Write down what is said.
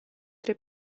tre